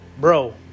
bro